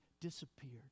disappeared